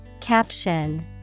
Caption